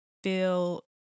feel